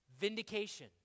vindication